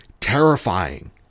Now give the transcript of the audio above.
terrifying